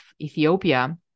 Ethiopia